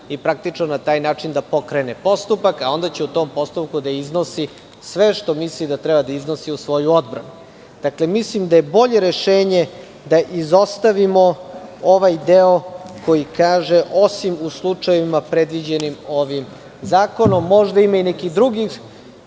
i praktično na taj način da pokrene postupak, a onda će u tom postupku da iznosi sve što misli da treba da iznosi u svoju odbranu. Dakle, mislim da je bolje rešenje da izostavimo ovaj deo koji kaže – osim u slučajevima predviđenim ovim zakonom. Možda ima i nekih drugih